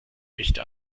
echte